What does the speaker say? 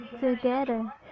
together